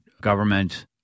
government